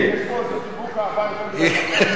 יש פה איזה חיבוק אהבה יותר מדי חזק.